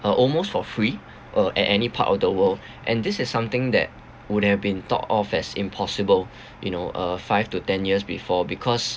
uh almost for free uh at any part of the world and this is something that would have been thought of as impossible you know uh five to ten years before because